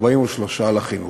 ו-43 לחינוך.